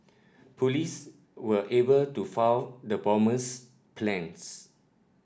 police were able to foil the bomber's plans